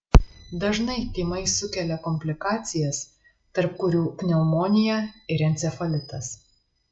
dažnai tymai sukelia komplikacijas tarp kurių pneumonija ir encefalitas